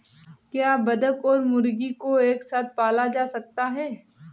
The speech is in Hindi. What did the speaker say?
क्या बत्तख और मुर्गी को एक साथ पाला जा सकता है?